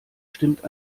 stimmt